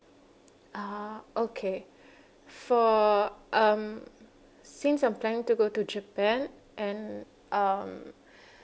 ah okay for um since I'm planning to go to japan and um